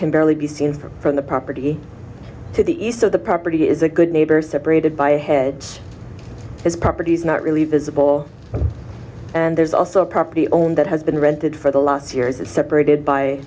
can barely be seen from the property to the east of the property is a good neighbor separated by heads as property is not really visible and there's also a property owned that has been rented for the last two years or separated by